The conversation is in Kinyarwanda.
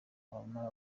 bamara